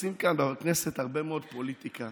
נעשית כאן בכנסת הרבה מאוד פוליטיקה,